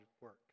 work